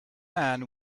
man